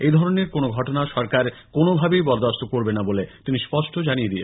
এই ধরনের কোন ঘটনা সরকার কোনভাবেই বরদাস্ত করবে না বলে তিনি স্পষ্ট জানিয়ে দিয়েছেন